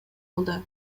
алды